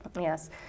Yes